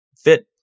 fit